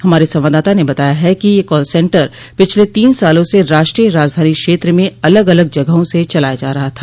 हमारे संवाददाता ने बताया है कि यह कॉल सेंटर पिछले तीन सालों से राष्ट्रीय राजधानी क्षेत्र में अलग अलग जगहों से चलाया जा रहा था